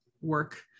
work